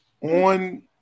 On